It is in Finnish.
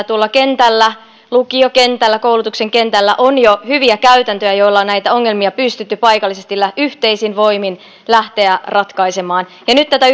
tuolla kentällä lukiokentällä koulutuksen kentällä on jo hyviä käytäntöjä joilla näitä ongelmia on pystytty paikallisesti yhteisin voimin lähtemään ratkaisemaan ja nyt tätä